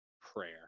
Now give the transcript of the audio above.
prayer